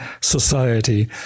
society